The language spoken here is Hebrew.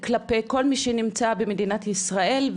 כלפי כל מי שנמצא במדינת ישראל,